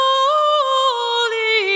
Holy